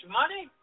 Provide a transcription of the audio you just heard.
money